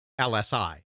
LSI